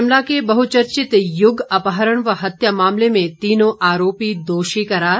शिमला के बहुचर्चित युग अपहरण व हत्या मामले में तीनों आरोपी दोषी करार